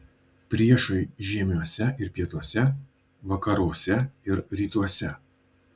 priešai žiemiuose ir pietuose vakaruose ir rytuose